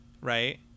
right